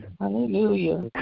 Hallelujah